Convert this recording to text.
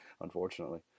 unfortunately